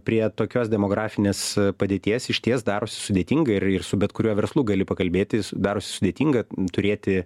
prie tokios demografinės padėties išties darosi sudėtinga ir ir su bet kuriuo verslu gali pakalbėti s darosi sudėtinga turėti